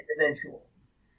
individuals